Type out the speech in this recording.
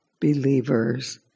believers